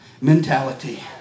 mentality